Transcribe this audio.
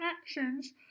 actions